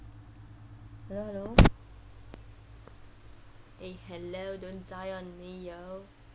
hello hello eh hello don't die on me yo